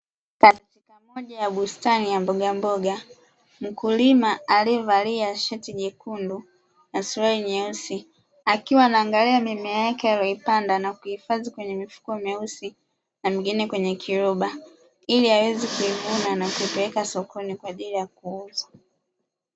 Katika moja ya bustani ya mboga mkulima aliyevalia shati nyekundu na suruali nyeusi, akiwa anaangalia mimea yake aliyoipanda na kuhifadhi kwenye mifuko meusi na mengine kwenye kiroba, ili aweze kuivuna na kuipeleka sokoni kwa ajili ya kuuza.